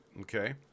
Okay